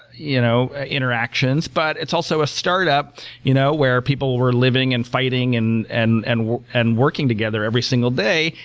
you know ah interactions, but it's also a startup you know where people were living and fighting and and and and working together every single day.